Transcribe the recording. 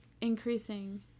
increasing